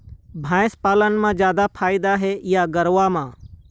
भैंस पालन म जादा फायदा हे या गरवा म?